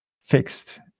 fixed